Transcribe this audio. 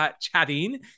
chatting